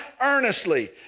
earnestly